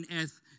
earth